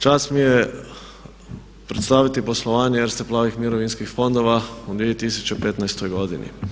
Čast mi je predstaviti poslovanje Erste Plavih mirovinskih fondova u 2015.godini.